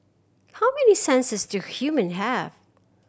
how many senses do human have